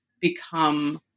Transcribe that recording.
become